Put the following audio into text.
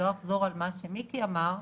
לא אחזור על מה שמיקי אמר,